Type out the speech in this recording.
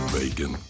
bacon